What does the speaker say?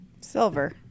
Silver